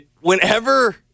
whenever